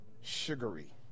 sugary